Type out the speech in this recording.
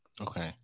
Okay